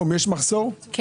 כן.